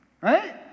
Right